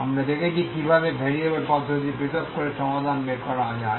আমরা দেখেছি কিভাবে ভেরিয়েবল পদ্ধতি পৃথক করে সমাধান বের করা যায়